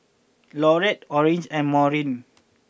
Laurette Orange and Maurine